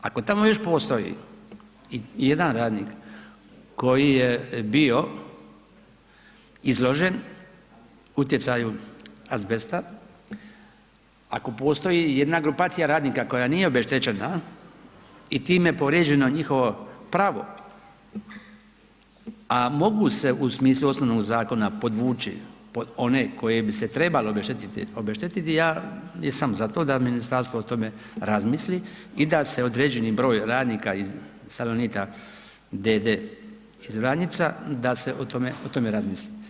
Ako tamo još postoji i jedan radnik koji je bio izložen utjecaju azbesta, ako postoji i jedna grupacija radnika koja nije obeštećena i time povrijeđeno njihovo pravo, a mogu se u smislu osnovnog zakona podvući pod one koje bi se trebalo obeštetiti, ja jesam za to da ministarstvo o tome razmisli i da se određeni broj radnika iz Salonita d.d. iz Vranjica, da se o tome razmisli.